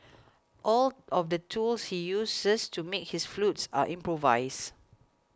all of the tools he uses to make his flutes are improvised